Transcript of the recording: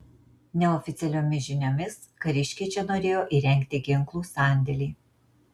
neoficialiomis žiniomis kariškiai čia norėjo įrengti ginklų sandėlį